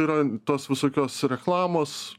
yra tos visokios reklamos